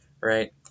right